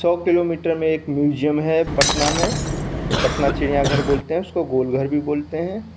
सौ किलोमीटर में एक म्यूजियम है पटना में पटना चिड़ियाँघर बोलते हैं उसको गोल घर भी बोलते हैं